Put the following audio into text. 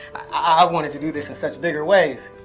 i wanted to do this in such bigger ways.